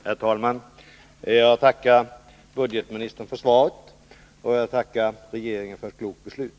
Herr talman! Jag tackar budgetministern för svaret, och jag tackar regeringen för ett klokt beslut.